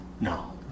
No